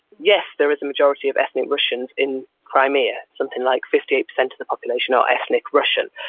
yes, there is a majority of ethnic russians in crimea, something like fifty eight percent of the population are ethnic russian.